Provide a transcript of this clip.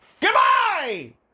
Goodbye